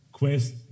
Quest